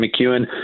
McEwen